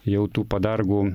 jau tų padargų